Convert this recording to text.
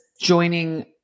joining